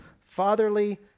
fatherly